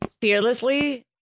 fearlessly